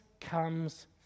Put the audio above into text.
comes